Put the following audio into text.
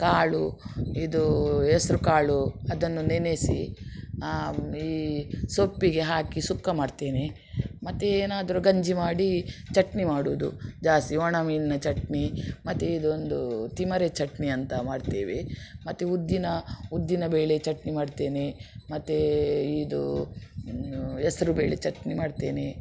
ಕಾಳು ಇದು ಹೆಸ್ರುಕಾಳು ಅದನ್ನು ನೆನೆಸಿ ಈ ಸೊಪ್ಪಿಗೆ ಹಾಕಿ ಸುಕ್ಕ ಮಾಡ್ತೇನೆ ಮತ್ತು ಏನಾದ್ರು ಗಂಜಿ ಮಾಡಿ ಚಟ್ನಿ ಮಾಡೋದು ಜಾಸ್ತಿ ಒಣಮೀನಿನ ಚಟ್ನಿ ಮತ್ತು ಇದು ಒಂದು ತಿಮರೆ ಚಟ್ನಿ ಅಂತ ಮಾಡ್ತೇವೆ ಮತ್ತು ಉದ್ದಿನ ಉದ್ದಿನಬೇಳೆ ಚಟ್ನಿ ಮಾಡ್ತೇನೆ ಮತ್ತು ಇದು ಹೆಸ್ರುಬೇಳೆ ಚಟ್ನಿ ಮಾಡ್ತೇನೆ